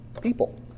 people